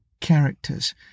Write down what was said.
characters